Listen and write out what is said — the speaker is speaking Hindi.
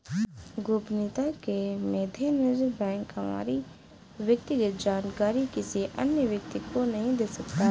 गोपनीयता के मद्देनजर बैंक हमारी व्यक्तिगत जानकारी किसी अन्य व्यक्ति को नहीं दे सकता